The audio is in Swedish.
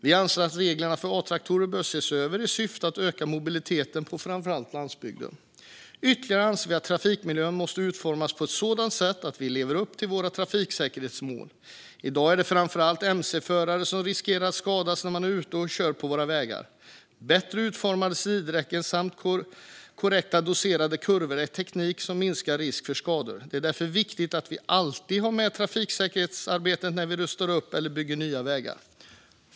Vi anser att reglerna för A-traktor bör ses över i syfte att öka mobiliteten på framför allt landsbygden. Vi anser också att trafikmiljön måste utformas på ett sådant sätt att den lever upp till våra trafiksäkerhetsmål. I dag är det framför allt mc-förare som riskerar att skadas när de är ute och kör på våra vägar. Bättre utformade sidräcken samt korrekt doserade kurvor är teknik som minskar risken för skador. Det är därför viktigt att vi alltid har med trafiksäkerhetsarbetet när vi rustar upp eller bygger nya vägar.